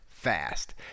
fast